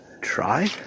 try